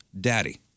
daddy